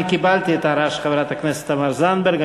את ההערה של חברת הכנסת תמר זנדברג.